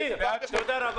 תודה.